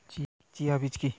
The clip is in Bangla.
চিয়া বীজ কী?